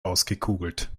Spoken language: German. ausgekugelt